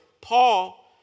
Paul